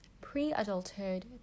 pre-adulthood